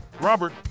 Robert